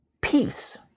peace